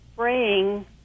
spraying